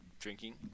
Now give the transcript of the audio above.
Drinking